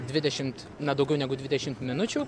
dvidešimt na daugiau negu dvidešimt minučių